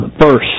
first